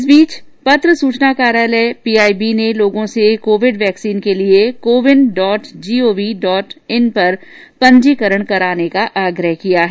इस बीच पत्र सुचना कार्यालय पीआईबी ने लोगों से कोविड वैक्सीन के लिए CoWIN dot gov dot in पर पंजीकरण कराने का आग्रह किया है